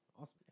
Awesome